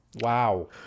Wow